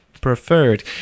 preferred